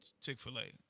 Chick-fil-A